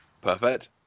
Perfect